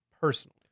personally